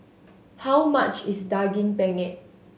how much is Daging Penyet